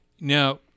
Now